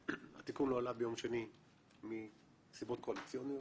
התיקון לא עלה ביום שני מסיבות קואליציוניות,